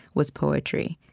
was poetry?